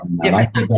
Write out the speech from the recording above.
different